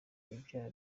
ibyaha